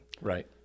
Right